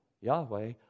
Yahweh